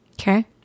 Okay